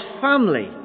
family